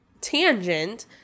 tangent